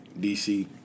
DC